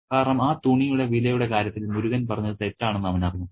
കാരണം ആ തുണിയുടെ വിലയുടെ കാര്യത്തിൽ മുരുകൻ പറഞ്ഞത് തെറ്റാണെന്ന് അവനറിയാം